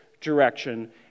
direction